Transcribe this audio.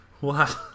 Wow